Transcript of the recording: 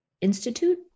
institute